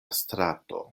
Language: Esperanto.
strato